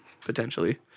potentially